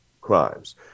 crimes